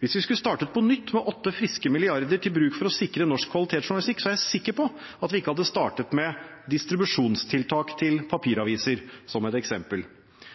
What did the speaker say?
Hvis vi skulle startet på nytt med åtte friske milliarder til bruk for å sikre norsk kvalitetsjournalistikk, er jeg sikker på at vi ikke hadde startet med distribusjonstilskudd til papiraviser, som et eksempel.